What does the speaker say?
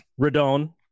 Radon